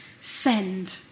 Send